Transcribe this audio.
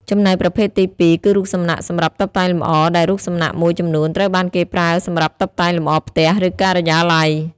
ចំណែកប្រភេទទីពីរ គឺរូបសំណាកសម្រាប់តុបតែងលម្អ ដែលរូបសំណាកមួយចំនួនត្រូវបានគេប្រើសម្រាប់តុបតែងលម្អផ្ទះ ឬការិយាល័យ។